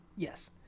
Yes